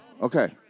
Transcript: Okay